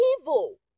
evil